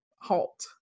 halt